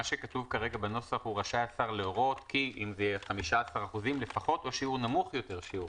כתוב בנוסח: "רשאי השר להורות כי 15% לפחות או שיעור נמוך יותר שיורה",